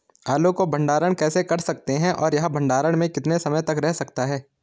आलू को भंडारण कैसे कर सकते हैं और यह भंडारण में कितने समय तक रह सकता है?